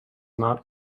not